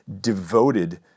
devoted